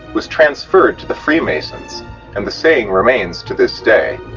was transferred to the free-masons and the saying remains to this day.